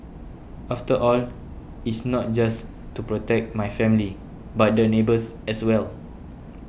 after all it's not just to protect my family but the neighbours as well